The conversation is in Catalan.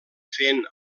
fent